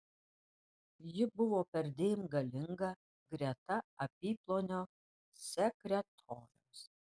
ji buvo perdėm galinga greta apyplonio sekretoriaus